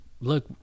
look